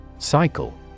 Cycle